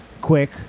quick